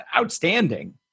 outstanding